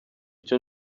icyo